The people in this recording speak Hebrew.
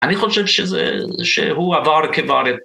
‫אני חושב שהוא עבר כבר את...